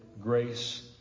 grace